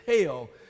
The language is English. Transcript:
hell